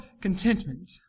contentment